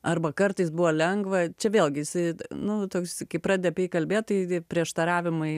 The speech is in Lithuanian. arba kartais buvo lengva čia vėlgi jisai nu nu toks kai pradedi apie jį kalbėt tai prieštaravimai